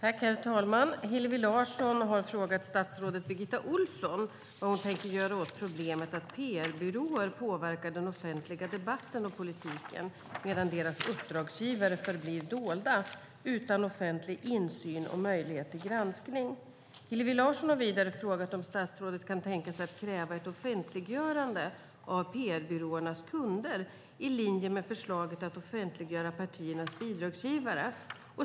Herr talman! Hillevi Larsson har frågat statsrådet Birgitta Ohlsson vad hon tänker göra åt problemet att PR-byråer påverkar den offentliga debatten och politiken, medan deras uppdragsgivare förblir dolda utan offentlig insyn och möjlighet till granskning. Hillevi Larsson har vidare frågat om statsrådet kan tänka sig att kräva ett offentliggörande av PR-byråernas kunder, i linje med förslaget att offentliggöra partiernas bidragsgivare.